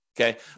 Okay